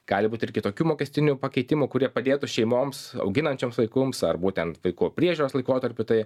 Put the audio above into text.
gali būt ir kitokių mokestinių pakeitimų kurie padėtų šeimoms auginančioms vaikums ar būtent vaiko priežiūros laikotarpiu tai